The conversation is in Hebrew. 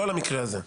לא על המקרה הזה.